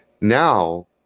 Now